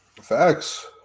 Facts